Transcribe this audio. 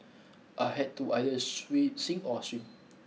I had to either sweet sink or swim